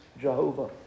Jehovah